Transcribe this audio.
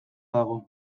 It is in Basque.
dago